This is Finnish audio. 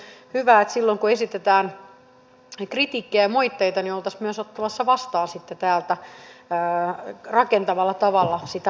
minusta olisi hyvä että silloin kun esitetään kritiikkiä ja moitteita oltaisiin myös ottamassa vastaan täällä rakentavalla tavalla sitä palautetta